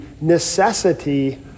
necessity